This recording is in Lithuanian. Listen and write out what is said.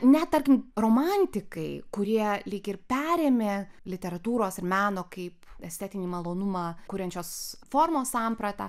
net tarkim romantikai kurie lyg ir perėmė literatūros ir meno kaip estetinį malonumą kuriančios formos sampratą